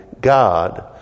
God